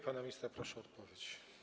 Pana ministra proszę o odpowiedź.